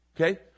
Okay